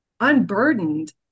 unburdened